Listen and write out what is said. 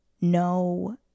No